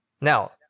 now